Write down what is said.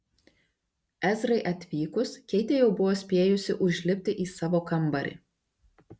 ezrai atvykus keitė jau buvo spėjusi užlipti į savo kambarį